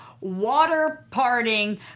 water-parting